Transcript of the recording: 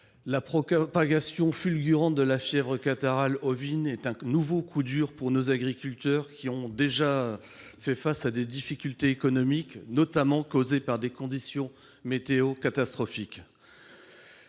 la propagation fulgurante de la fièvre catarrhale ovine est un nouveau coup dur pour nos agriculteurs, qui font déjà face à des difficultés économiques notamment causées par des conditions météorologiques